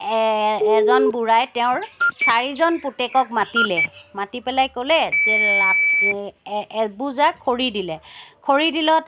এ এজন বুঢ়াই তেওঁৰ চাৰিজন পুতেকক মাতিলে মাতি পেলাই ক'লে যে লাঠ এবোজা খৰি দিলে খৰি দিলত